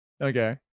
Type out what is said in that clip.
okay